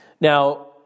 Now